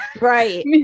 Right